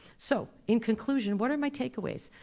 so, in conclusion, what are my takeaways?